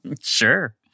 sure